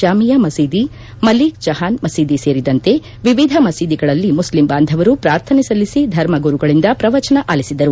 ಚಾಮಿಯಾ ಮಸೀದಿ ಮಲೀಕ್ ಜಹಾನ್ ಮಸೀದಿ ಸೇರಿದಂತೆ ವಿವಿಧ ಮಸೀದಿಗಳಲ್ಲಿ ಮುಸ್ಲಿಂ ಬಾಂಧವರು ಪ್ರಾರ್ಥನೆ ಸಲ್ಲಿಸಿ ಧರ್ಮಗುರುಗಳಿಂದ ಪ್ರವಚನ ಆಲಿಸಿದರು